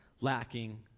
lacking